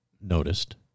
noticed